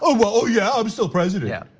ah well, yeah, i'm still president. yeah,